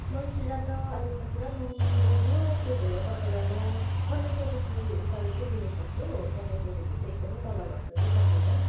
monstera त अहिले त पुरा महँगो छ त्यो भएर तपाईँलाई म पन्ध्र सयदेखि उकालो चाहिँ दिनुसक्छु पन्ध्र सयदेखि चाहिँ एकदमै तल घट्नु चाहिँ सक्दिनँ